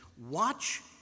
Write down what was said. Watch